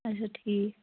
اَچھا ٹھیٖک